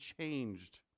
changed